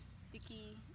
sticky